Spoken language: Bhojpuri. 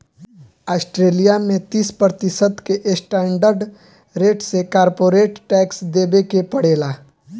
ऑस्ट्रेलिया में तीस प्रतिशत के स्टैंडर्ड रेट से कॉरपोरेट टैक्स देबे के पड़ेला